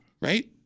Right